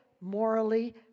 morally